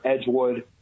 Edgewood